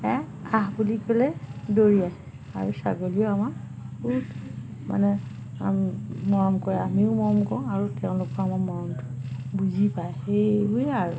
এ আহ বুলি ক'লে দৌৰিয়ে আৰু ছাগলীও আমাক বহুত মানে মৰম কৰে আমিও মৰম কৰোঁ আৰু তেওঁলোকৰ আমাৰ মৰমটো বুজি পায় সেইবোৰে আৰু